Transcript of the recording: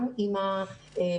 גם עם הפסיכולוגים,